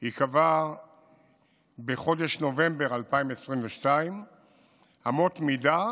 היא קבעה בחודש נובמבר 2022 אמות מידה